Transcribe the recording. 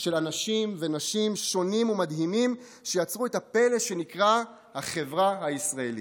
של אנשים ונשים שונים ומדהימים שיצרו את הפלא שנקרא החברה הישראלית.